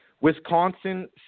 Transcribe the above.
Wisconsin